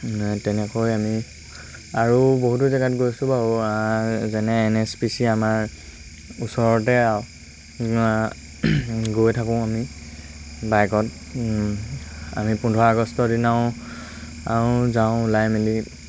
তেনেকৈ আমি আৰু বহুতো জেগাত গৈছোঁ বাৰু যেনে এন এছ পি চি আমাৰ ওচৰতে গৈ থাকোঁ আমি বাইকত আমি পোন্ধৰ আগষ্টৰ দিনাও যাওঁ ওলাই মেলি